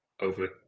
over